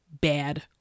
bad